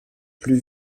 plus